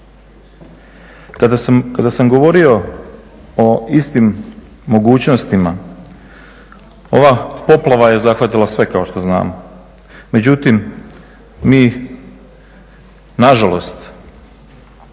Kada sam govorio o istim mogućnostima ova poplava je zahvatila sve kao što znamo, međutim mi nažalost